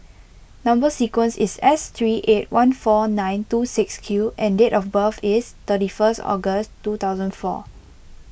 Number Sequence is S three eight one four nine two six Q and date of birth is thirty first October two thousand four